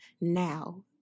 now